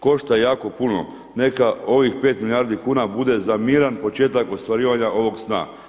Košta jako puno, neka ovih 5 milijardi kuna bude za miran početak ostvarivanja ovog sna.